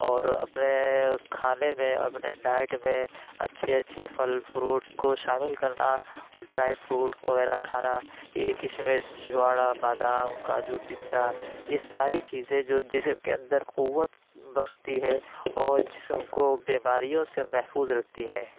اور اپنے کھانے میں اپنے ڈائٹ میں اچھی اچھی پھل فروٹس کو شامل کرنا اور ڈرائی فروٹ وغیرہ کھانا یہ کشمش چھہاڑا بادام کاجو پستہ یہ ساری چیزیں جو جسم کے اندر قوت بخشتی ہے اور جسم کو بیماریوں سے محفوظ رکھتی ہے